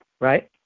Right